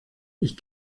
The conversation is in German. ich